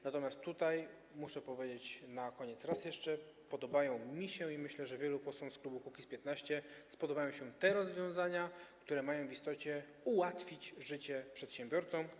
Natomiast muszę powiedzieć na koniec raz jeszcze, że podobają mi się, i myślę, że wielu posłom z klubu Kukiz’15 spodobają się, te rozwiązania, które mają w istocie ułatwić życie przedsiębiorcom.